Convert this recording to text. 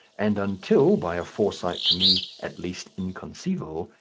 and until, by a foresight to me at least inconceivable,